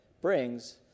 brings